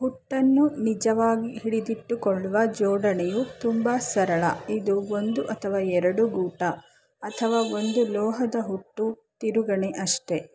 ಹುಟ್ಟನ್ನು ನಿಜವಾಗಿ ಹಿಡಿದಿಟ್ಟುಕೊಳ್ಳುವ ಜೋಡಣೆಯು ತುಂಬ ಸರಳ ಇದು ಒಂದು ಅಥವಾ ಎರಡು ಗೂಟ ಅಥವಾ ಒಂದು ಲೋಹದ ಹುಟ್ಟು ತಿರುಗಣೆ ಅಷ್ಟೇ